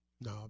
No